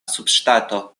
subŝtato